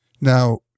Now